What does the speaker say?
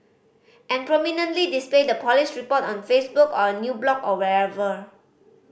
and prominently display the police report on Facebook or a new blog or wherever